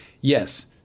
Yes